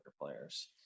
players